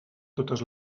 totes